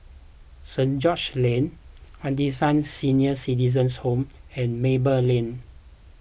St George's Lane Henderson Senior Citizens' Home and Maple Lane